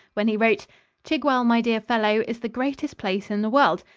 when he wrote chigwell, my dear fellow, is the greatest place in the world.